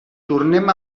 tornem